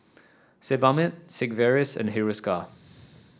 Sebamed Sigvaris and Hiruscar